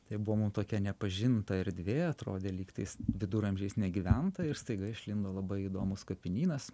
tai buvo mum tokia nepažinta erdvė atrodė lyg tais viduramžiais negyventa ir staiga išlindo labai įdomus kapinynas